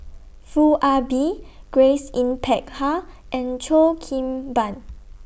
Foo Ah Bee Grace Yin Peck Ha and Cheo Kim Ban